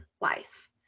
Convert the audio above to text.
life